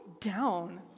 down